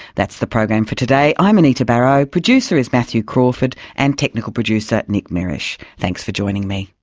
that's the program for today, i'm anita barraud. producer is matthew crawford, and technical producer nick mierisch. thanks for joining me